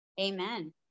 Amen